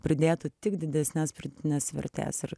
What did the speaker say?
pridėtų tik didesnės pridėtinės vertės ir